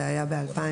זה היה ב-2018.